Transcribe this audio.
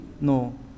no